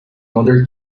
other